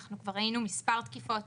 אנחנו כבר ראינו מספר תקיפות